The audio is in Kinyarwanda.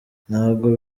ntabwo